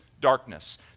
darkness